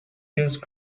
used